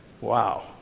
wow